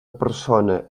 persona